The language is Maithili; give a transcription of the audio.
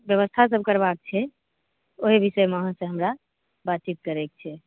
व्यवस्थासभ करबाक छै ओहि विषयमे अहाँसँ हमरा बातचीत करैके छै